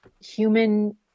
human